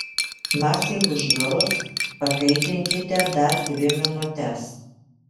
masei užvirus pakaitinkite dar dvi minutes